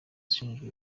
ashinjwa